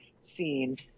seen